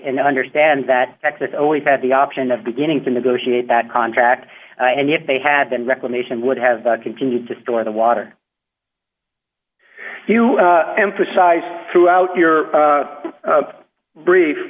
and understand that texas always had the option of beginning to negotiate that contract and if they had been reclamation would have continued to store the water you emphasized throughout your